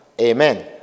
Amen